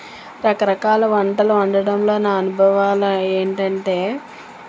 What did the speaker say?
రకరకాల వంటలు వండడంలో నా అనుభవాలు ఏంటంటే